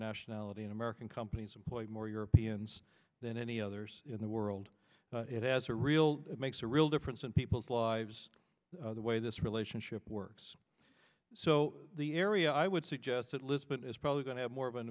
nationality in american companies employ more europeans than any others in the world it has a real makes a real difference in people's lives the way this relationship works so the area i would suggest that lisbon is probably going to have more of an